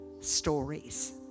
stories